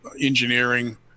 engineering